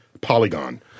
polygon